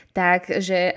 takže